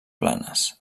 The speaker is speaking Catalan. planes